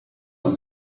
und